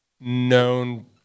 known